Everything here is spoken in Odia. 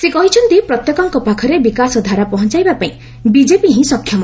ସେ କହିଛନ୍ତି ପ୍ରତ୍ୟେକଙ୍କ ପାଖରେ ବିକାଶର ଧାରା ପହଞ୍ଚାଇବାପାଇଁ ବିକେପି ହିଁ ସକ୍ଷମ